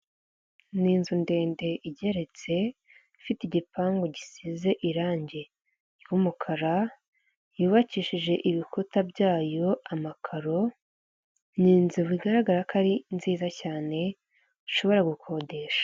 Ni inzu ndende igeretse ifite igipangu gisize irangi ry'umukara yubakishije ibikuta byayo amakaro nyezu bigaragara ko ari nziza cyane ushobora gukodesha.